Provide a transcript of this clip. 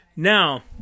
Now